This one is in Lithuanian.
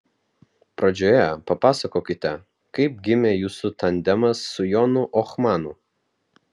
pradžioje papasakokite kaip gimė jūsų tandemas su jonu ohmanu